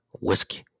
Whiskey